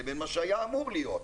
לבין מה שהיה אמור להיות.